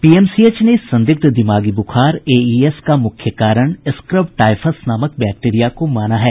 PMCH ने संदिग्ध दिमागी बुखार एईएस का मुख्य कारण स्क्रब टाईफस नामक बैक्टीरिया को माना है